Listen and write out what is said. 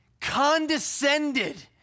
condescended